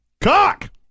Cock